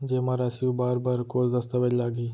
जेमा राशि उबार बर कोस दस्तावेज़ लागही?